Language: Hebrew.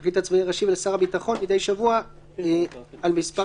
לפרקליט הצבאי הראשי ולשר הביטחון מדי שבוע על מספר